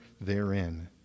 therein